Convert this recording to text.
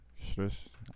Stress